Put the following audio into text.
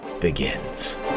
begins